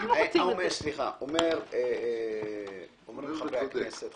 אומרים חברי הכנסת: